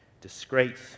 disgrace